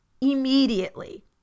immediately